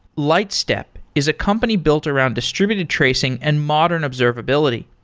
lightstep is a company built around distributed tracing and modern observability.